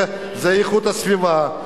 זה איכות הסביבה,